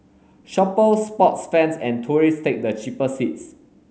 shoppers sports fans and tourists take the cheaper seats